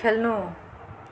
खेल्नु